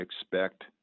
expect